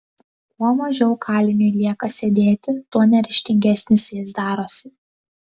kuo mažiau kaliniui lieka sėdėti tuo neryžtingesnis jis darosi